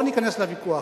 לא נכנס לוויכוח.